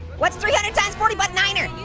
what's three hundred times forty butt niner?